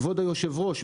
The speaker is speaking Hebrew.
כבוד היושב-ראש,